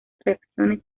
reacciones